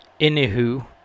anywho